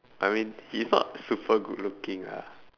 I mean he's not super good looking ah